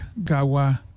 GAWA